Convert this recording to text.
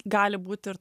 gali būt ir